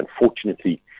unfortunately